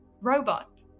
robot